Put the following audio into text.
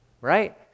right